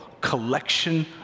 collection